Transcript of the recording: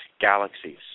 galaxies